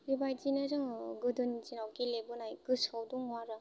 बेबायदिनो जोङो गोदोनि दिनाव गेलेबोनाय गोसोआव दङ आरो